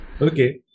okay